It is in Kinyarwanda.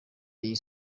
iyi